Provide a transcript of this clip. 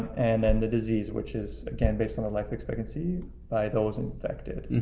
and then the disease which is again based on the life expectancy by those infected.